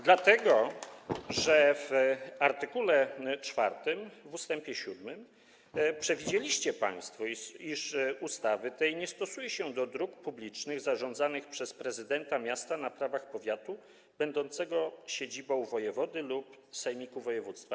Dlatego że w art. 4 ust. 7 przewidzieliście państwo, iż ustawy tej nie stosuje się do dróg publicznych zarządzanych przez prezydenta miasta na prawach powiatu będącego siedzibą wojewody lub sejmiku województwa.